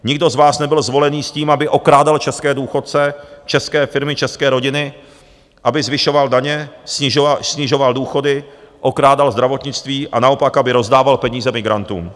Nikdo z vás nebyl zvolený s tím, aby okrádal české důchodce, české firmy, české rodiny, aby zvyšoval daně, snižoval důchody, okrádal zdravotnictví a naopak, aby rozdával peníze migrantům.